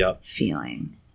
feeling